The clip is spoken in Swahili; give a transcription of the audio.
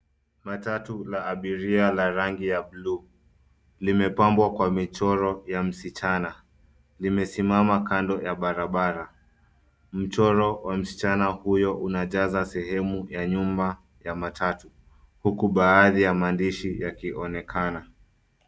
Matatu la abiria la rangi ya buluu limepambwa kwa michoro ya msichana, limesimama kando ya barabara mchoro wa msichana huyo unajaza sehemu ya nyuma ya matatu ,huku baadhi ya maandishi yakionekana.